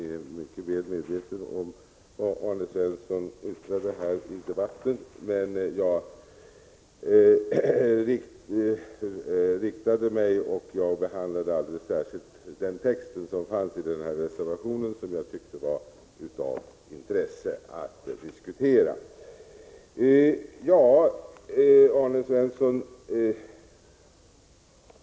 Jag är väl medveten om att Arne Svensson i debatten företrädde reservanterna, men jag uppehöll mig således vid texten i den nämnda reservationen, eftersom jag tyckte det var av intresse att diskutera den.